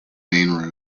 main